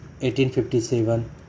1857